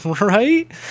right